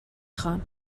خوام